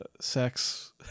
sex